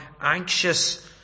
anxious